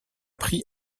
prix